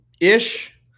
ish